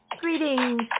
Greetings